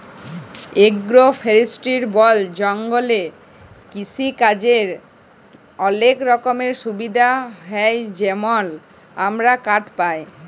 agro forestry বল জঙ্গলে কিসিকাজের অলেক রকমের সুবিধা হ্যয় যেমল আমরা কাঠ পায়